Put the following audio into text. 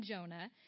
Jonah